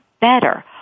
better